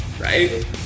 Right